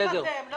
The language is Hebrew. אם לא